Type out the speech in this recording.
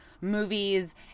movies